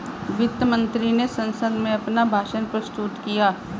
वित्त मंत्री ने संसद में अपना भाषण प्रस्तुत किया